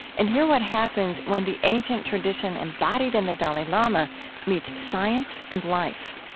and hear what happens when the ancient tradition embodied in the dalai lama meets science and life